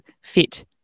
fit